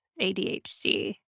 ADHD